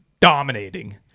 dominating